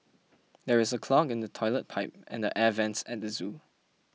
there is a clog in the Toilet Pipe and the Air Vents at the zoo